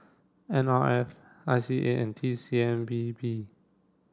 N R F I C A and T C M B P